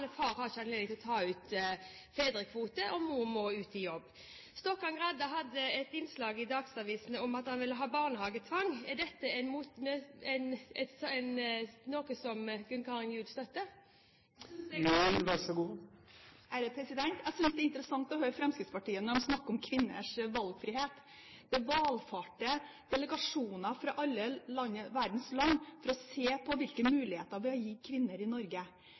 – far har ikke anledning til å ta ut fedrekvote og mor må ut i jobb. Representanten Stokkan-Grande hadde et innslag i Dagsavisen om at han ville ha barnehagetvang. Er dette noe som Gunn Karin Gjul støtter? Jeg synes det er interessant å høre på Fremskrittspartiet når de snakker om kvinners valgfrihet. Det valfarter delegasjoner fra alle verdens land for å se på hvilke muligheter vi har gitt kvinner i Norge.